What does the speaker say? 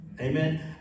Amen